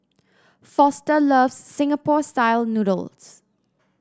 foster loves Singapore style noodles